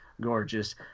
gorgeous